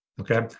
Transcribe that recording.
okay